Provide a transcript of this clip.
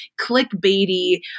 clickbaity